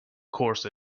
course